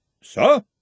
Sir